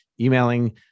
emailing